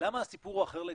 למה הסיפור הוא אחר לגמרי?